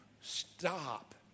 stop